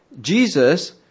Jesus